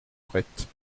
prêtes